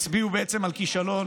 הצביעו בעצם על כישלון